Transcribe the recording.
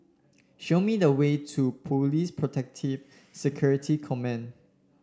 show me the way to Police Protective Security Command